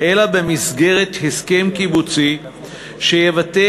אלא במסגרת הסכם קיבוצי שיבטא